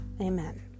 amen